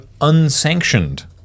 Unsanctioned